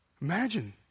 Imagine